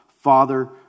Father